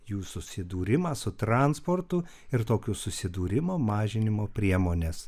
jų susidūrimą su transportu ir tokio susidūrimo mažinimo priemones